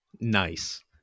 Nice